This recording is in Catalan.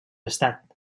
estat